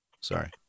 Sorry